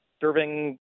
serving